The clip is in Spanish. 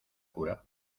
cura